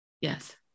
yes